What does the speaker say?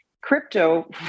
Crypto